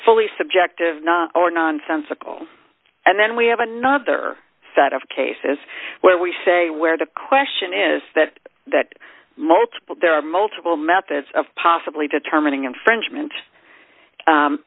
fully subjective not or nonsensical and then we have another set of cases where we say where the question is that that multiple there are multiple methods of possibly determining infringement